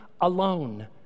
alone